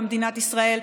במדינת ישראל,